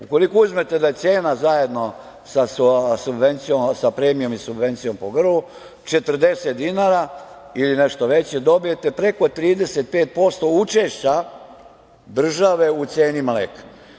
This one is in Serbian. Ukoliko uzmete da je cena zajedno sa premijom i subvencijom po grlu 40 dinara ili nešto veća, dobijete po 35% učešća države u ceni mleka.